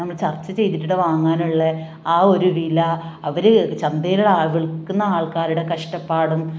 നമ്മൾ ചർച്ച ചെയ്തിട്ട് വാങ്ങാനുള്ള ആ ഒരു വില അവർ ചന്തയിൽ ആൾ വിൽക്കുന്ന ആൾക്കാരുടെ കഷ്ടപ്പാടും